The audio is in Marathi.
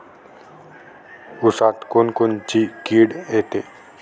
ऊसात कोनकोनची किड येते?